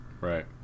right